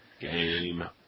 Game